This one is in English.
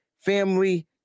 family